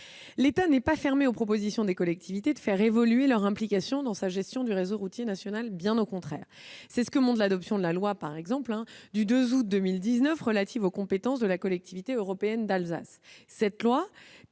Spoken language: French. L'État n'est pas fermé aux propositions des collectivités de faire évoluer leur implication dans sa gestion du réseau routier national, bien au contraire. C'est ce que montre l'adoption de la loi du 2 août 2019 relative aux compétences de la Collectivité européenne d'Alsace. Cette loi